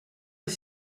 est